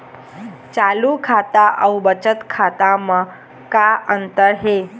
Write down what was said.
चालू खाता अउ बचत खाता म का अंतर हे?